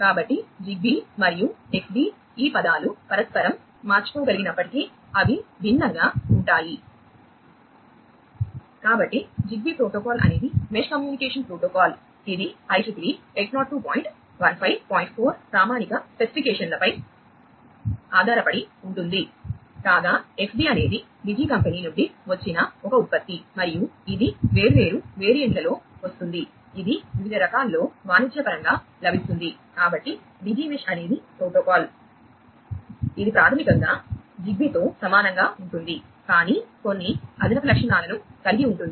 కాబట్టి జిగ్బీ మరియు ఎక్స్బీ అనేది ప్రోటోకాల్ ఇది ప్రాథమికంగా జిగ్బీతో సమానంగా ఉంటుంది కానీ కొన్ని అదనపు లక్షణాలను కలిగి ఉంటుంది